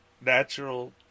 natural